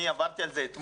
אני עברתי על זה אתמול,